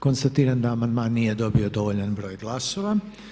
Konstatiram da amandman nije dobio dovoljan broj glasova.